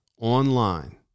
online